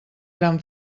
gran